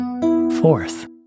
Fourth